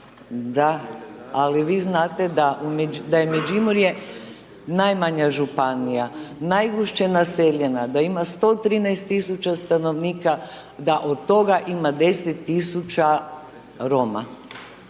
Da, ali vi znate da je Međimurje, najmanja županija, najgušće naseljena, da ima 113 tisuća stanovnika, da od toga ima 10 tisuća Roma.